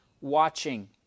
watching